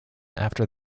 after